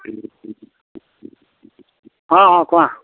অঁ অঁ কোৱা